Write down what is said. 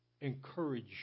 encourage